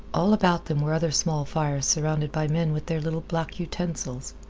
all about them were other small fires surrounded by men with their little black utensils.